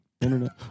Internet